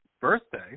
birthday